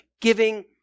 Giving